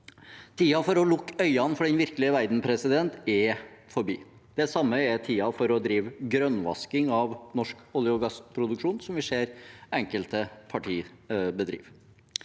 Ti den for å lukke øynene for den virkelige verden er forbi. Det samme er tiden for å drive grønnvasking av norsk olje- og gassproduksjon, som vi ser enkelte partier